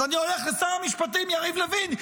אז אני הולך לשר המשפטים יריב לוין,